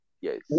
yes